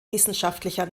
wissenschaftlicher